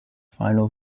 final